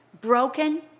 broken